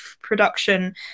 production